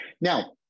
now